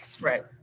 Right